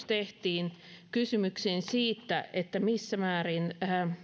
tehtiin kysymykseen siitä missä määrin